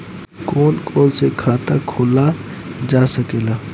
कौन कौन से खाता खोला जा सके ला?